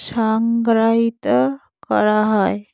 সাগ্রহিতা করা হয়